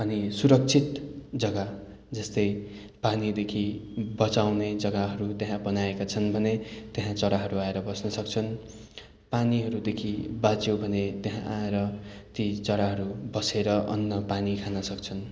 अनि सुरक्षित जगा जस्तै पानीदेखि बचाउने जगाहरू त्यहाँ बनाएका छन् भने त्यहाँ चराहरू आएर बस्न सक्छन् पानीहरूदेखि बाँच्यो भने त्यहाँ आएर ती चराहरू बसेर अन्न पानी खान सक्छन्